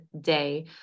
day